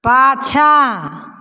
पाछाँ